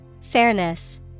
Fairness